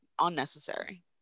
Unnecessary